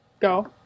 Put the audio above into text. Go